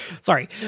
sorry